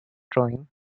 drawing